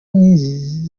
nk’izi